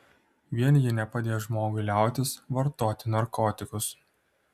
vien ji nepadės žmogui liautis vartoti narkotikus